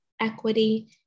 equity